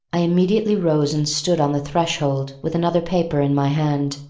i immediately rose and stood on the threshold with another paper in my hand,